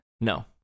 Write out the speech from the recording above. No